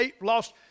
lost